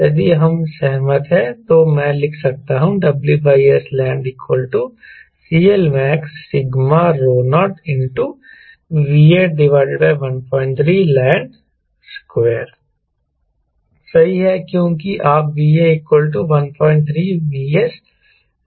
यदि यह सहमत है तो मैं लिख सकता हूं WSland CLmax0VA13land2 सही है क्योंकि आप VA 13 VS जानते हैं